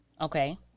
Okay